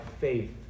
faith